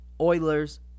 Oilers